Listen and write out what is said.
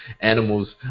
animals